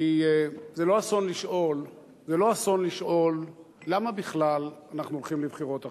כי זה לא אסון לשאול למה בכלל אנחנו הולכים לבחירות עכשיו,